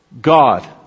God